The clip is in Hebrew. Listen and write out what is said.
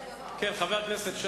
חברי חברי הכנסת,